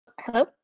hello